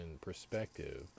perspective